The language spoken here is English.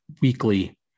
weekly